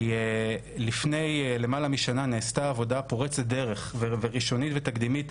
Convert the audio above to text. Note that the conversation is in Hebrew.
כי לפני למעלה משנה נעשתה עבודה פורצת דרך וראשונית ותקדימית,